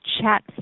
chat